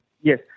Yes